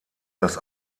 das